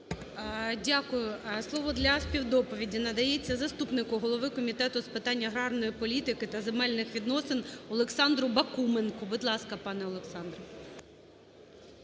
Дякую. Слово для співдоповіді надається заступнику голові Комітету з питань аграрної політики та земельних відносин Олександру Бакуменку. Будь ласка, пане Олександр.